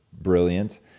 Brilliant